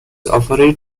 operate